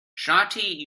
shawty